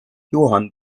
johann